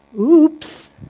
Oops